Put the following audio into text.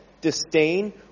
disdain